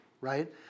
right